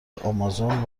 آمازون